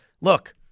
look